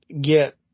get